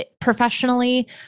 professionally